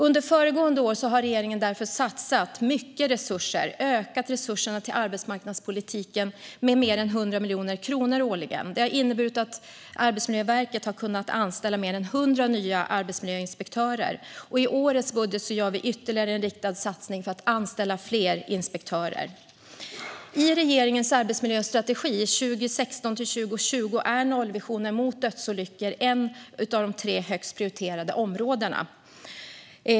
Under föregående år har regeringen därför satsat mycket resurser och ökat resurserna till arbetsmarknadspolitiken med mer än 100 miljoner kronor årligen. Det har inneburit att Arbetsmiljöverket har kunnat anställa mer än 100 nya arbetsmiljöinspektörer. I årets budget gör vi ytterligare en riktad satsning för att anställa fler inspektörer. I regeringens arbetsmiljöstrategi 2016-2020 är nollvisionen mot dödsolyckor ett av de tre högst prioriterade områdena.